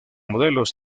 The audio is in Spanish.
modelos